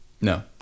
No